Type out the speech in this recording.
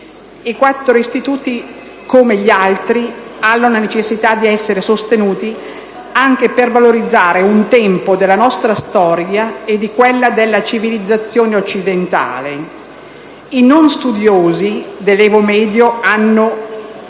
I quattro istituti, come gli altri, hanno necessità di essere sostenuti anche per valorizzare un tempo della nostra storia e della civilizzazione occidentale. I non studiosi dell'Evo Medio hanno